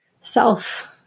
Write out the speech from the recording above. self